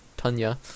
Tanya